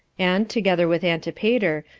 and, together with antipater,